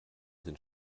sind